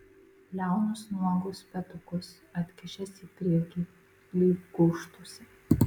liaunus nuogus petukus atkišęs į priekį lyg gūžtųsi